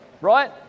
Right